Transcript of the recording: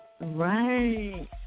Right